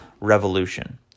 revolution